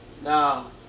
Now